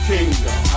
Kingdom